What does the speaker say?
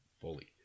fully